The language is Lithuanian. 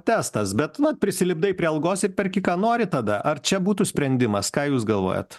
testas bet vat prisilipdai prie algos ir perki ką nori tada ar čia būtų sprendimas ką jūs galvojat